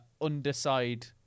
underside